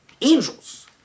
angels